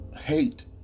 Hate